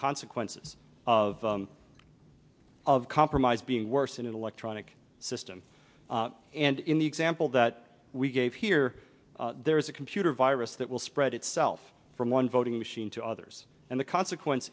consequences of of compromise being worse an electronic system and in the example that we gave here there is a computer virus that will spread itself from one voting machine to others and the consequence